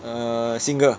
err single